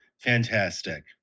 fantastic